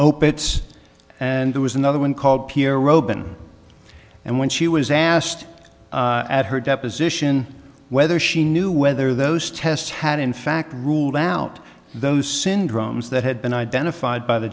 opiates and there was another one called piero been and when she was asked at her deposition whether she knew whether those tests had in fact ruled out those syndromes that had been identified by the